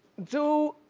du.